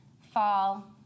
fall